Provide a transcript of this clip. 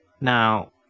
Now